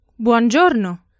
Buongiorno